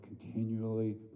continually